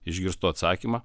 išgirstu atsakymą